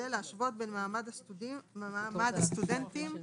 הסתייגויות של